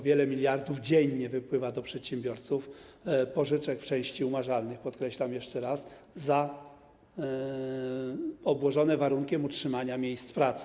Wiele miliardów dziennie wypływa do przedsiębiorców w postaci pożyczek w części umarzalnych - podkreślam jeszcze raz - obłożonych warunkiem utrzymania miejsc pracy.